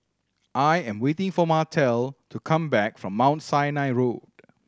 I am waiting for Martell to come back from Mount Sinai Road